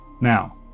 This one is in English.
Now